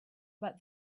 but